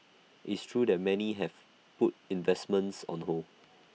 it's true that many have put investments on hold